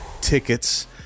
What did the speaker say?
tickets